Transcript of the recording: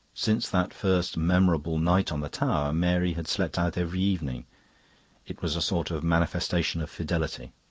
since that first memorable night on the tower, mary had slept out every evening it was a sort of manifestation of fidelity.